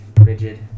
rigid